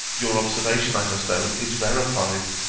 your observation i must own is verified,